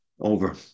over